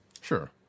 Sure